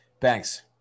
Thanks